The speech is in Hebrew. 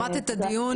שמעת את הדיון?